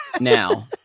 now